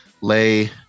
Lay